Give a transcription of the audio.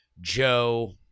Joe